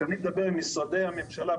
כשאני מדבר עם משרדי הממשלה,